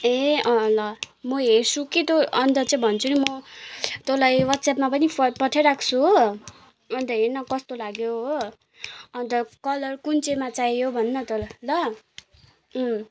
ए अँ ल म हेर्छु कि तँ अन्त चाहिँ भन्छु नि म तँलाई वाट्सएपमा पनि पठाइराख्सु हो अन्त हेर न कस्तो लाग्यो हो अन्त कलर कुन चाहिँमा चाहियो भन् न तँलाई ल अँ